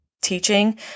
teaching